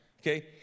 okay